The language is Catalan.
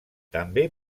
també